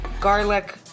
garlic